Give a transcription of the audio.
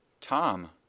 Tom